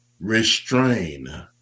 restrain